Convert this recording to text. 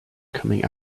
coming